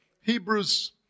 Hebrews